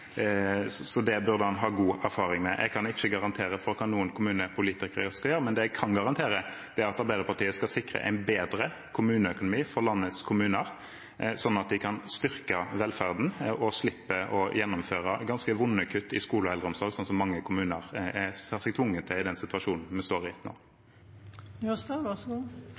ha god erfaring med. Jeg kan ikke garantere for hva noen kommunepolitikere skal gjøre, men det jeg kan garantere, er at Arbeiderpartiet skal sikre en bedre kommuneøkonomi for landets kommuner, sånn at de kan styrke velferden og slippe å gjennomføre ganske vonde kutt i skole og eldreomsorg, noe mange kommuner ser seg tvunget til i den situasjonen vi står i